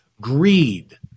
Greed